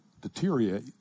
deteriorate